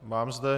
Mám zde...